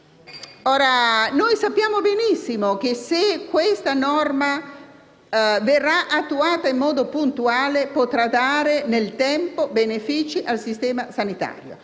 sappiamo benissimo che, se questa norma verrà attuata in modo puntuale, potrà recare, nel tempo, beneficio al sistema sanitario,